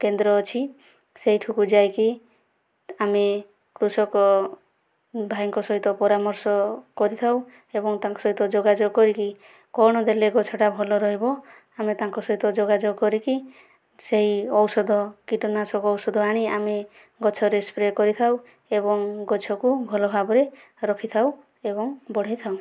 କେନ୍ଦ୍ର ଅଛି ସେଇଠିକୁ ଯାଇକି ଆମେ କୃଷକ ଭାଇଙ୍କ ସହିତ ପରାମର୍ଶ କରିଥାଉ ଏବଂ ତାଙ୍କ ସହିତ ଯୋଗାଯୋଗ କରିକି କ'ଣ ଦେଲେ ଗଛଟା ଭଲ ରହିବ ଆମେ ତାଙ୍କ ସହିତ ଯୋଗାଯୋଗ କରିକି ସେଇ ଔଷଧ କୀଟନାଶକ ଔଷଧ ଆଣି ଆମେ ଗଛରେ ସ୍ପ୍ରେ କରିଥାଉ ଏବଂ ଗଛକୁ ଭଲଭାବରେ ରଖିଥାଉ ଏବଂ ବଢ଼େଇଥାଉ